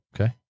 Okay